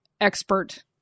expert